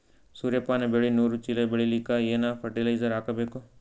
ಸೂರ್ಯಪಾನ ಬೆಳಿ ನೂರು ಚೀಳ ಬೆಳೆಲಿಕ ಏನ ಫರಟಿಲೈಜರ ಹಾಕಬೇಕು?